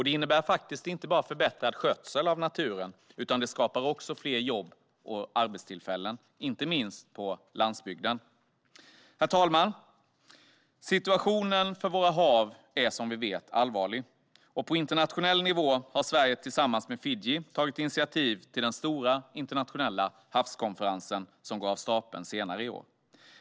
Det innebär inte bara förbättrad skötsel av naturen, utan det skapar också fler jobb och arbetstillfällen, inte minst på landsbygden. Herr talman! Situationen för våra hav är som vi vet allvarlig. På internationell nivå har Sverige tillsammans med Fiji tagit initiativ till den stora internationella havskonferens som går av stapeln senare i år.